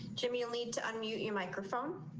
jimmy, you need to unmute your microphone.